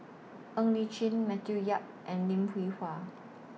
Ng Li Chin Matthew Yap and Lim Hwee Hua